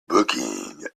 booking